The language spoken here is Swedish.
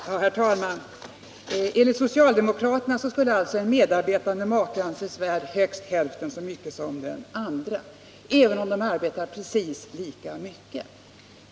Herr talman! Enligt socialdemokraterna skulle alltså en medarbetande make anses värd högst hälften så mycket som den andra maken, även om de arbetar precis lika mycket?